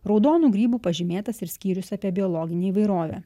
raudonu grybu pažymėtas ir skyrius apie biologinę įvairovę